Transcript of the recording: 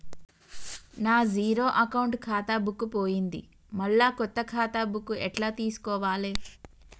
నా zero account ఖాతా book పోయింది మళ్ళా కొత్త ఖాతా బుక్కు ఎట్ల తీసుకోవాలే?